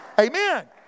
Amen